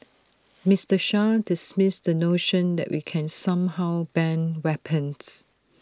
Mister Shah dismissed the notion that we can somehow ban weapons